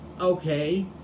okay